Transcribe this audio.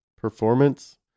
performance